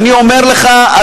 ואני אומר לך,